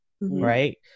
right